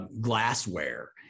glassware